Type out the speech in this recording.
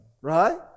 right